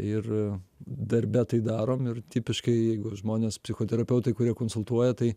ir darbe tai darom ir tipiškai jeigu žmonės psichoterapeutai kurie konsultuoja tai